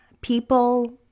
People